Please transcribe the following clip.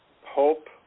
Hope